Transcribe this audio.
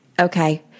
Okay